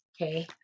okay